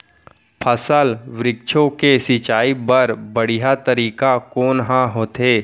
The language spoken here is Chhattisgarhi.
फल, वृक्षों के सिंचाई बर बढ़िया तरीका कोन ह होथे?